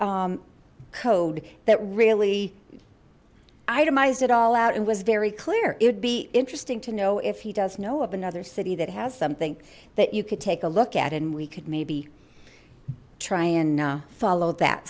had code that really itemized it all out and was very clear it would be interesting to know if he does know of another city that has something that you could take a look at and we could maybe try and follow that